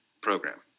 program